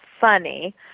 funny